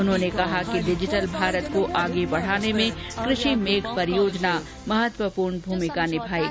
उन्होंने कहा कि डिजिटल भारत को आगे बढ़ाने में कृषि मेघ परियोजना महत्वपूर्ण भूमिका निभाएगी